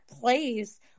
place